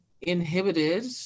inhibited